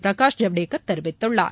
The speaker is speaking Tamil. பிரகாஷ் ஜவ்டேகர் தெரிவித்துள்ளார்